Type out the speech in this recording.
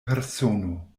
persono